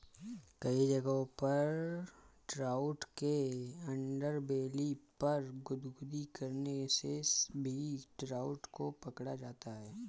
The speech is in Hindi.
कई जगहों पर ट्राउट के अंडरबेली पर गुदगुदी करने से भी ट्राउट को पकड़ा जाता है